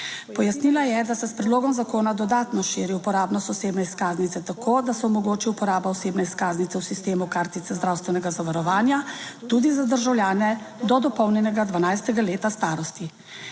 Pojasnila je, da se s predlogom zakona dodatno širi uporabnost osebne izkaznice tako, da se omogoči uporaba osebne izkaznice v sistemu kartice zdravstvenega zavarovanja tudi za državljane do dopolnjenega 12. leta starosti.